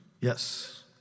Yes